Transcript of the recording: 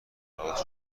ملاقات